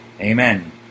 Amen